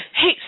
Hey